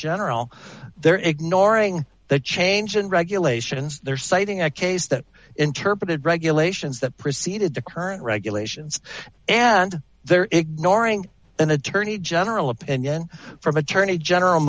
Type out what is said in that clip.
general they're ignoring the change in regulations they're citing a case that interpreted regulations that preceded the current regulations and they're ignoring an attorney general opinion from attorney general